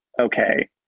okay